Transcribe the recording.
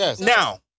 Now